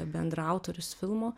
bendraautorius filmo